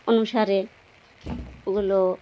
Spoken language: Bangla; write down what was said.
অনুসারে ওগুলো